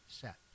set